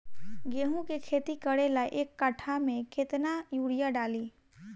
गेहूं के खेती करे ला एक काठा में केतना युरीयाँ डाली?